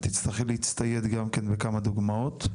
את תצטרכי להצטייד בכמה דוגמאות.